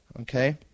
Okay